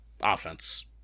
offense